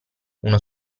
uno